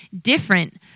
different